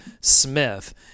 Smith